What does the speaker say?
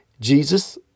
Jesus